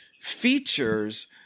features